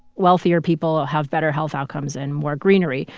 wealthier people have better health outcomes and more greenery.